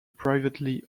privately